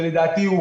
שלדעתי הוא